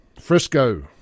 Frisco